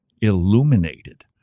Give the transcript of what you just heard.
illuminated